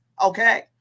Okay